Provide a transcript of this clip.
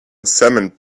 cement